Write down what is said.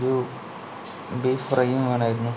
ഒരു ബീഫ് ഫ്രൈയും വേണമായിരുന്നു